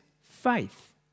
faith